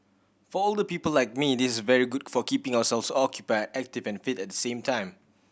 for older people like me this is very good for keeping ourselves occupied active and fit at the same time